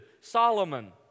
Solomon